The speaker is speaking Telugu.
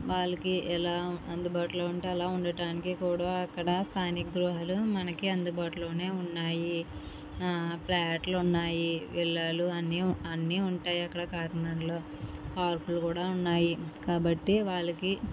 వాళ్ళకి ఎలా అందుబాటులో ఉంటే అలా ఉండడానికి కూడా అక్కడ స్థానిక గృహాలు మనకి అందుబాటులోనే ఉన్నాయి ప్లాట్లు ఉన్నాయి విల్లాలు అన్ని అన్ని ఉంటాయి అక్కడ కాకినాడలో పార్కులు కూడా ఉన్నాయి కాబట్టి వాళ్ళకి